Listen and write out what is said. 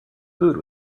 food